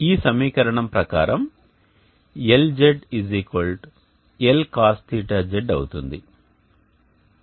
ఈ సమీకరణం ప్రకారం Lz L cosθz అవుతుంది